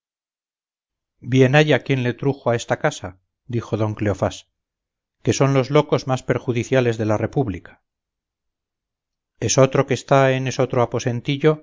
bien haya quien le trujo a esta casa dijo don cleofás que son los locos más perjudiciales de la república esotro que está en esotro